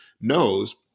knows